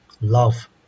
love